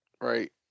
right